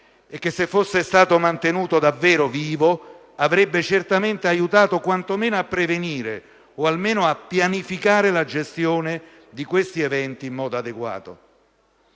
se fosse stato mantenuto davvero vivo, avrebbe certamente aiutato a prevenire, o almeno a pianificare la gestione di questi eventi in modo adeguato.